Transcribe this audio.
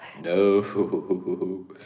No